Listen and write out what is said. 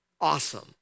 Awesome